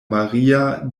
maria